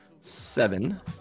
seven